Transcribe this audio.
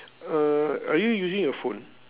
uh are you using your phone